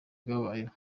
bwabayeho